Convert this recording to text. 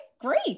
great